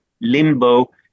limbo